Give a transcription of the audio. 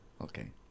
Okay